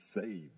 saved